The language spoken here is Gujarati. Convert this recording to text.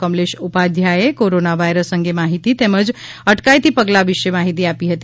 કમલેશ ઉપાધ્યાયે કોરોના વાયરસ અંગે માહિતી તેમજ અટકાયતી પગલા વિશે માહિતી આપી હતી